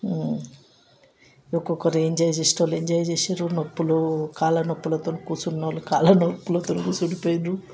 ఒక్కొకరు enjoy చేసేవాళ్ళు enjoy చేసిండ్రు నొప్పులు కాళ్ల నొప్పులతో కూర్చున్న వాళ్ళు కాళ్ల నొప్పులతో కూర్చోండి పోయిండ్రు